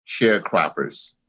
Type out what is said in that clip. sharecroppers